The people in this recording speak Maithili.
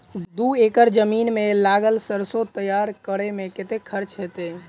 दू एकड़ जमीन मे लागल सैरसो तैयार करै मे कतेक खर्च हेतै?